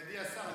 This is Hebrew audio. מכובדי השר,